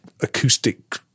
acoustic